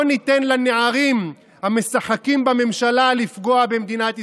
לא ניתן לנערים המשחקים בממשלה לפגוע במדינת ישראל.